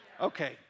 Okay